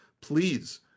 please